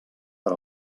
per